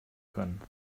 können